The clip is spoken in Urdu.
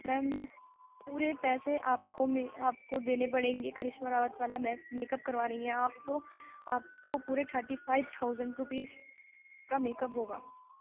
میم پورے پیسے آپ کو میں آپ کو دینے پڑیں گے کرشما راوت والا میک اپ کروا رہی ہیں آپ تو آپ کو پورے تھرٹی فائیو تھاؤزینڈ روپیز کا میک اپ ہوگا